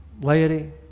laity